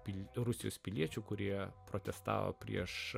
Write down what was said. pildytų rusijos piliečių kurie protestavo prieš